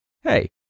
hey